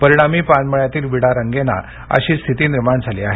परिणामी पान मळ्यातील विडा रंगेना अशी स्थिती निर्माण झाली आहे